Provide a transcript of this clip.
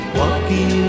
walking